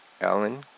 Alan